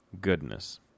Goodness